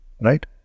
Right